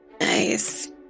Nice